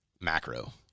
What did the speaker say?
Macro